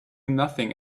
nothing